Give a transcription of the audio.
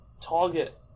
Target